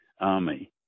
Army